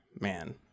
man